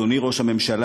אדוני ראש הממשלה,